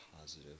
positive